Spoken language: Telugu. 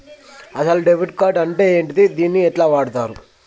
అసలు డెబిట్ కార్డ్ అంటే ఏంటిది? దీన్ని ఎట్ల వాడుతరు?